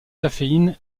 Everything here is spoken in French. caféine